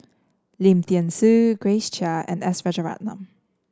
Lim Thean Soo Grace Chia and S Rajaratnam